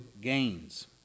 gains